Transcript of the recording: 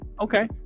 Okay